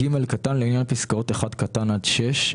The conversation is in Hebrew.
לעניין פסקאות (1) עד (6)